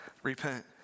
Repent